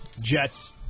Jets